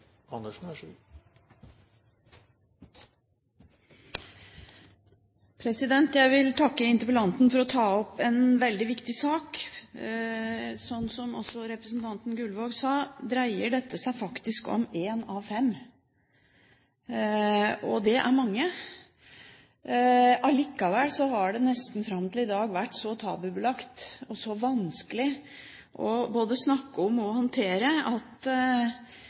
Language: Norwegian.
Gullvåg sa, dreier dette seg faktisk om én av fem, og det er mange. Allikevel har det nesten fram til i dag vært så tabulagt og så vanskelig både å snakke om og håndtere at